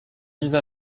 mise